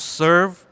serve